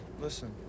Listen